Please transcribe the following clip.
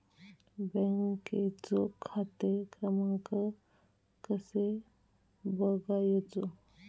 बँकेचो खाते क्रमांक कसो बगायचो?